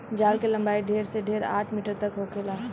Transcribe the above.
जाल के लम्बाई ढेर से ढेर आठ मीटर तक होखेला